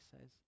says